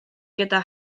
gyda